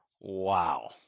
Wow